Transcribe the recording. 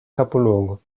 capoluogo